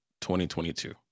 2022